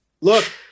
Look